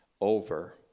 over